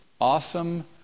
awesome